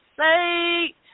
say